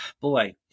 Boy